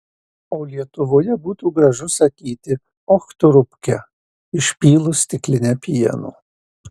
o lietuvoje būtų gražu sakyti och tu rupke išpylus stiklinę pieno